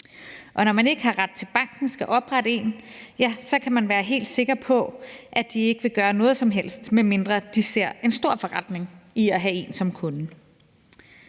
Og når man ikke har ret til, at banken skal oprette en, kan man være helt sikker på, at de ikke vil gøre noget som helst, medmindre de ser en stor forretning i at have en som kunde.